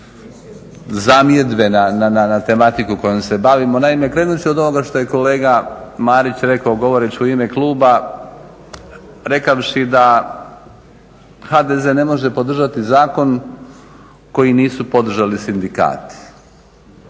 zamjedbe na tematiku kojom se bavimo. Naime, krenuti ću od ovoga što je kolega Marić rekao govoreći u ime kluba rekavši da HDZ ne može podržati zakon koji nisu podržali sindikati.